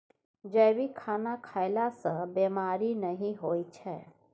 जैविक खाना खएला सँ बेमारी नहि होइ छै